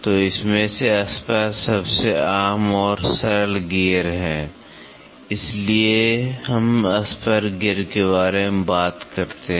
तो इसमें से स्पर सबसे आम और सरल गियर है इसलिए हम स्पर गियर के बारे में बात करते हैं